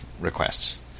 requests